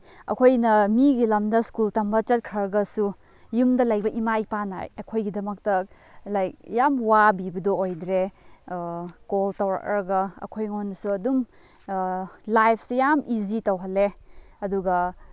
ꯑꯩꯈꯣꯏꯅ ꯃꯤꯒꯤ ꯂꯝꯗ ꯁ꯭ꯀꯨꯜ ꯇꯝꯕ ꯆꯠꯈ꯭ꯔꯒꯁꯨ ꯌꯨꯝꯗ ꯂꯩꯕ ꯏꯃꯥ ꯏꯄꯥꯅ ꯑꯩꯈꯣꯏꯒꯤꯗꯃꯛꯇ ꯂꯥꯏꯛ ꯌꯥꯝ ꯋꯥꯕꯤꯕꯗꯣ ꯑꯣꯏꯗ꯭ꯔꯦ ꯀꯣꯜ ꯇꯧꯔꯛꯂꯒ ꯑꯩꯈꯣꯏꯉꯣꯟꯗꯁꯨ ꯑꯗꯨꯝ ꯂꯥꯏꯐꯁꯦ ꯌꯥꯝ ꯏꯖꯤ ꯇꯧꯍꯜꯂꯦ ꯑꯗꯨꯒ